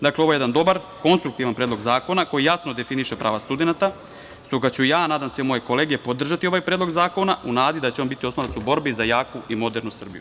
Dakle, ovo je jedan dobar, konstruktivan predlog zakona, koji jasno definiše prava studenata, stoga ću ja, a nadam i moje kolege podržati ovaj predlog zakona, u nadi da će on biti oslonac u borbi za jaku i modernu Srbiju.